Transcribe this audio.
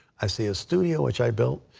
i see a studio which i built.